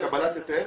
קבלת היתר